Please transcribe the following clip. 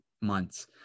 months